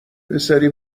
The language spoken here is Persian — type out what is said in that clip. پسری